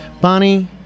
Bonnie